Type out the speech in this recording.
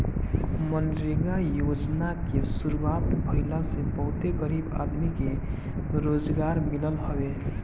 मनरेगा योजना के शुरुआत भईला से बहुते गरीब आदमी के रोजगार मिलल हवे